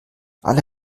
alle